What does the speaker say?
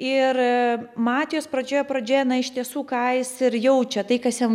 ir matijos pradžioje pradžioje na iš tiesų ką jis ir jaučia tai kas jam